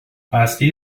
basti